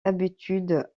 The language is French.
habitudes